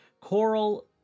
coral